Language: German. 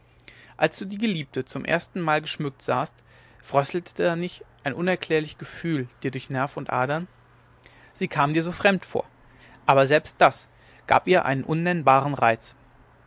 als du die geliebte zum erstenmal geschmückt sahst fröstelte da nicht ein unerklärlich gefühl dir durch nerv und adern sie kam dir so fremd vor aber selbst das gab ihr einen unnennbaren reiz